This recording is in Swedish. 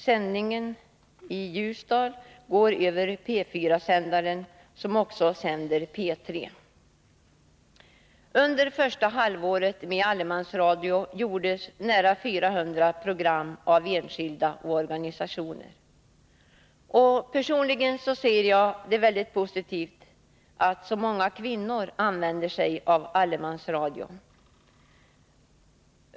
Sändningen i Ljusdagl går över P4-sändaren som också sänder P3. Under första halvåret med allemansradio gjordes nära 400 program av enskilda och organisationer. Personligen anser jag det positivt att så många kvinnor använder sig av allemansradion.